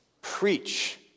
preach